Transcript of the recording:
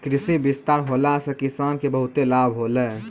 कृषि विस्तार होला से किसान के बहुते लाभ होलै